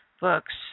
books